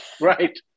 Right